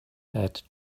had